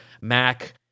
Mac